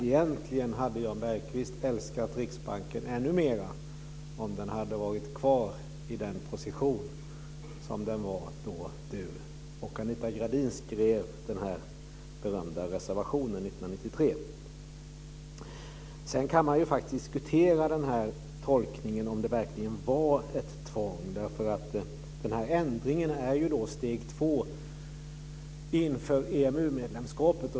Egentligen hade Jan Bergqvist älskat Riksbanken ännu mer om den hade varit kvar i den position den var då Jan Bergqvist och Anita Gradin skrev den berömda reservationen 1993. Sedan kan man diskutera tolkningen att det verkligen var ett tvång. Ändringen är ju steg 2 inför EMU-medlemskapet.